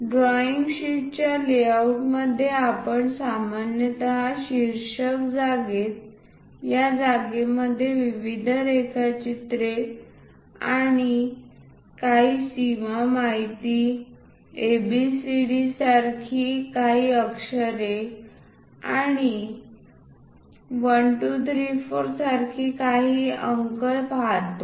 drawing शीटच्या layout मध्ये आपण सामान्यत शीर्षक जागेत या जागेमध्ये विविध रेखाचित्रे काही सीमा माहिती A B C Dसारखी काही अक्षरे आणि 1 2 3 4 अशी सारखे काही अंक पाहतो